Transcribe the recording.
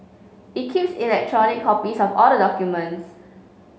it keeps electronic copies of all the documents